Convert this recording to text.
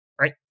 right